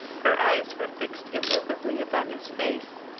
her eyes were fixed immoveably upon his face,